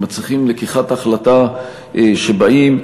מצריכים לקיחת החלטה שבאים,